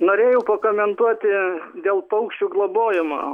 norėjau pakomentuoti dėl paukščių globojimo